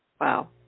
Wow